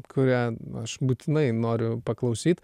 kurią aš būtinai noriu paklausyt